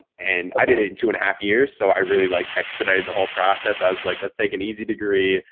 and i didn't two and a half years. so i really like expedited the whole process. i was like, let's take an easy degree.